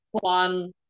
one